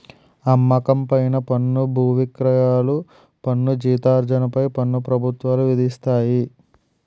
అమ్మకం పైన పన్ను బువిక్రయాల పన్ను జీతార్జన పై పన్ను ప్రభుత్వాలు విధిస్తాయి